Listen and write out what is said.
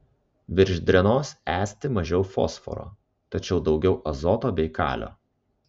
virš drenos esti mažiau fosforo tačiau daugiau azoto bei kalio